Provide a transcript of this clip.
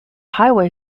highway